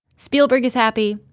spielberg is happy.